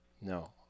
No